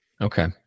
Okay